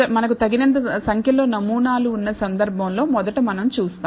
మనకు తగినంత సంఖ్యలో నమూనాలు ఉన్న సందర్భంలో మొదట మనం చూస్తాం